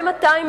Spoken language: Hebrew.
מה עם הטיימינג?